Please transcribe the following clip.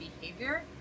behavior